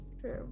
true